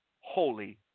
holy